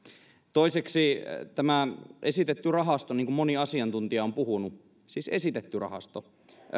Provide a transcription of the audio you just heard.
toiseksi tämä esitetty rahasto niin kuin moni asiantuntija on puhunut siis esitetty rahasto